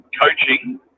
coaching